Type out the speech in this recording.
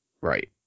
Right